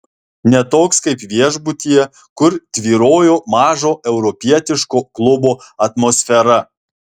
ne toks kaip viešbutyje kur tvyrojo mažo europietiško klubo atmosfera